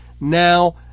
now